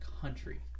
country